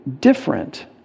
different